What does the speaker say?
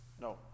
No